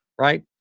right